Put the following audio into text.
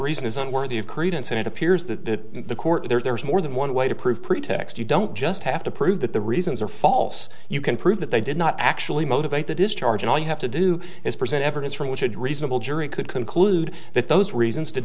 reason is unworthy of credence and it appears that the court there's more than one way to prove pretext you don't just have to prove that the reasons are false you can prove that they did not actually motivate the discharge and all you have to do is present evidence from which had reasonable jury could conclude that those reasons did